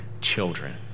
children